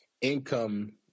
income